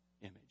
image